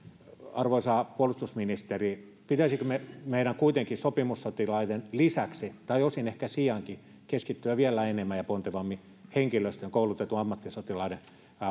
arvoisa puolustusministeri pitäisikö meidän kuitenkin sopimussotilaiden lisäksi tai osin ehkä sijaankin keskittyä vielä enemmän ja pontevammin henkilöstön koulutettujen ammattisotilaiden